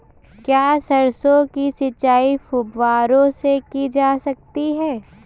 क्या सरसों की सिंचाई फुब्बारों से की जा सकती है?